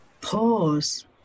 pause